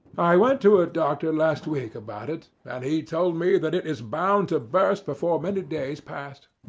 i went to a doctor last week about it, and he told me that it is bound to burst before many days passed.